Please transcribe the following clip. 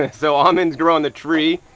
so almonds grow on the tree.